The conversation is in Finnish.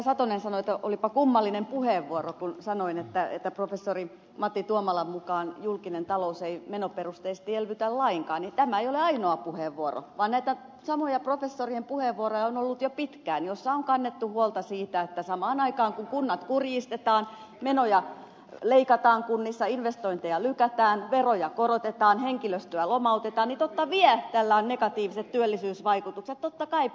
satonen sanoi että olipa kummallinen puheenvuoro kun sanoin että professori matti tuomalan mukaan julkinen talous ei menoperusteisesti elvytä lainkaan ei ole ainoa puheenvuoro vaan näitä samoja professorien puheenvuoroja on ollut jo pitkään joissa on kannettu huolta siitä että kun kunnat samaan aikaan kurjistetaan menoja leikataan kunnissa investointeja lykätään veroja korotetaan henkilöstöä lomautetaan niin totta vie tällä on negatiiviset työllisyysvaikutukset totta kai